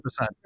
100